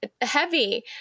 heavy